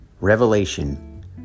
Revelation